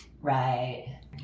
Right